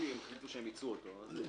אם הם יחליטו שהם מיצו אותו --- בדיוק.